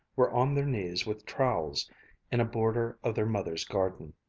were on their knees with trowels in a border of their mother's garden.